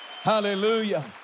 Hallelujah